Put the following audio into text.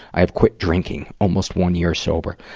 i have quit drinking almost one year sober.